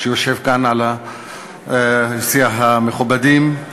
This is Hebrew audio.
שיושב כאן ביציע המכובדים.